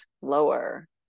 lower